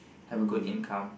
have a good income